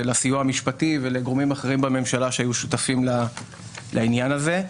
לסיוע המשפטי ולגורמים אחרים בממשלה שהיו שותפים לעניין הזה.